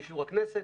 באישור הכנסת.